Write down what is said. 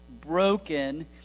broken